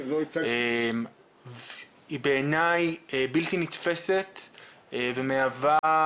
היא בעיני בלתי נתפסת ומהווה,